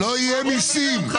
יהיו מיסים.